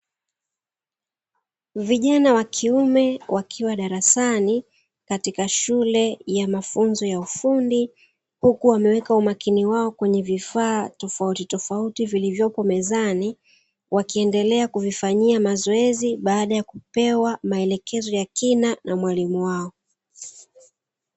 Vijana wa kiume wakiwa darasani, katika shule ya mafunzo ya ufundi huku wameweka umakini wao kwenye vifaa tofautitofauti vilivyopo mezani, wakiendelea kuvifanyia mazoezi baada ya kupewa maelekezo ya kina na mwalimu wao.